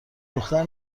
دختره